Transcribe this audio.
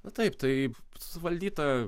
na taip taip suvaldyta